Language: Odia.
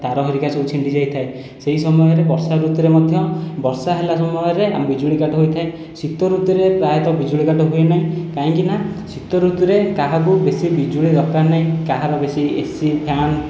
ତାର ହେରିକା ସବୁ ଛିଣ୍ଡି ଯାଇଥାଏ ସେହି ସମୟରେ ବର୍ଷା ଋତୁରେ ମଧ୍ୟ ବର୍ଷା ହେଲା ସମୟରେ ଆମ ବିଜୁଳି କାଟ ହୋଇଥାଏ ଶୀତ ଋତୁରେ ପ୍ରାୟତଃ ବିଜୁଳି କାଟ ହୁଏ ନାହିଁ କାହିଁକିନା ଶୀତ ଋତୁରେ କାହାକୁ ବେଶି ବିଜୁଳି ଦରକାର ନାହିଁ କାହାର ବେଶି ଏସି ଫ୍ୟାନ